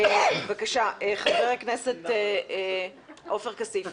בבקשה, חבר הכנסת עופר כסיף.